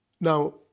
Now